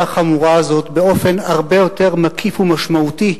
החמורה הזאת באופן הרבה יותר מקיף ומשמעותי,